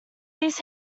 these